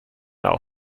now